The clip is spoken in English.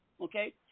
okay